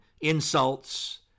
insults